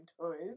toys